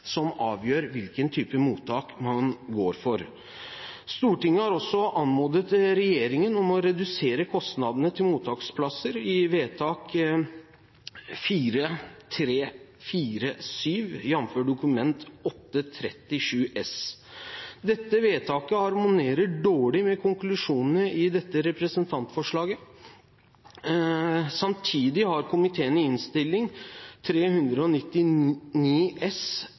som avgjør hvilken type mottak man går for. Stortinget har anmodet regjeringen om å redusere kostnadene til mottaksplasser i vedtak 434:7, jf. Dokument 8:37 S for 2015–2016. Dette vedtaket harmonerer dårlig med konklusjonene i dette representantforslaget. Samtidig har komiteen i Innst. 399 S